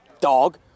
Dog